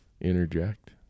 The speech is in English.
interject